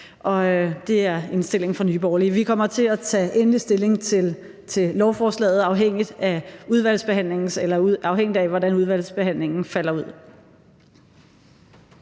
Det er indstillingen fra Nye Borgerlige. Vi kommer til at tage endelig stilling til lovforslaget, afhængigt af hvordan udvalgets behandling falder ud.